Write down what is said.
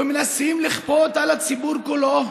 ומנסים לכפות על הציבור כולו,